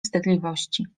wstydliwości